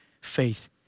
faith